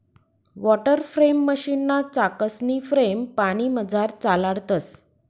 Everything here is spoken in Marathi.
वाटरफ्रेम मशीनना चाकसनी फ्रेम पानीमझार चालाडतंस